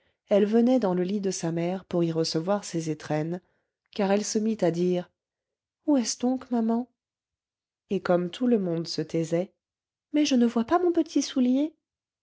elle venait dans le lit de sa mère pour y recevoir ses étrennes car elle se mit à dire où est-ce donc maman et comme tout le monde se taisait mais je ne vois pas mon petit soulier